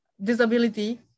disability